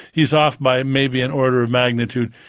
he's off by maybe an order of magnitude.